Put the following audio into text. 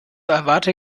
erwarte